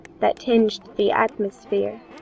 that tinged the atmosphere.